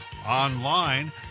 Online